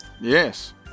Yes